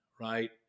right